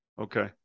Okay